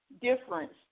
difference